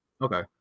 Okay